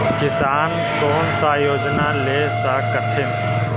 किसान कोन सा योजना ले स कथीन?